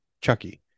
Chucky